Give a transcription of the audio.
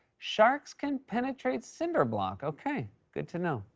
sharks can penetrate cinder block. okay. good to know.